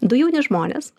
du jauni žmonės